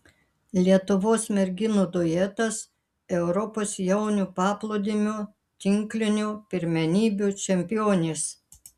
lietuvos merginų duetas europos jaunių paplūdimio tinklinio pirmenybių čempionės